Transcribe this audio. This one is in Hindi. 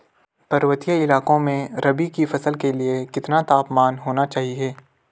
पर्वतीय इलाकों में रबी की फसल के लिए कितना तापमान होना चाहिए?